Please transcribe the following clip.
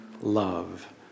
love